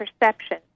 perception